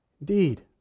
Indeed